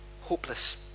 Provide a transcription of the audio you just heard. hopeless